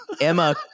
Emma